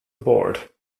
board